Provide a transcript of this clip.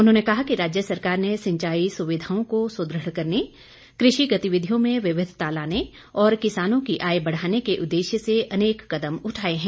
उन्होंने कहा कि राज्य सरकार ने सिंचाई सुविधाओं को सुदृढ़ करने कृषि गतिविधियों में विविधिता लाने और किसानों की आय बढ़ाने के उददेश्य से अनेक कदम उठाए हैं